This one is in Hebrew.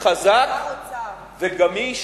חזק וגמיש